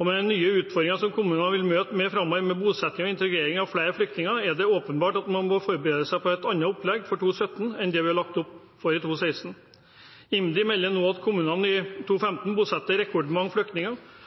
Med de nye utfordringene kommunene framover vil møte med bosetting og integrering av flere flyktninger, er det åpenbart at man må forberede seg på et annet opplegg for 2017 enn det vi har lagt opp for 2016. IMDi melder nå at kommunene i 2015 bosetter rekordmange flyktninger,